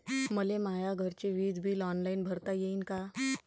मले माया घरचे विज बिल ऑनलाईन भरता येईन का?